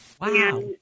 Wow